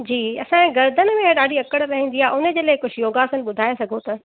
जी असांजे गर्दन में ॾाढी अकड़ रहिंदी आहे हुनजे लाइ कुझु योगा आसन ॿुधाए सघो त